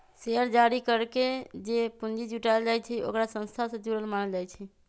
share जारी करके जे पूंजी जुटाएल जाई छई ओकरा संस्था से जुरल मानल जाई छई